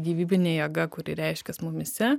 gyvybinė jėga kuri reiškias mumyse